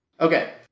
Okay